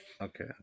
Okay